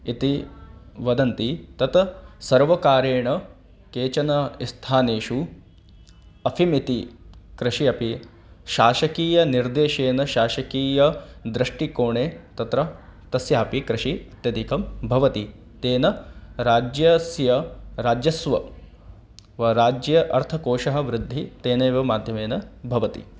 इति वदन्ति तत् सर्वकारेण केचन स्थानेषु अफ़ीम् इति कृषिः अपि शासकीय निर्देशेन शासकीय दृष्टिकोणे तत्र तस्यापि कृषिः इत्यदिकं भवति तेन राज्यस्य राज्यस्य व राज्यस्य अर्थकोषः वृद्धिः तेनैव माध्यमेन भवति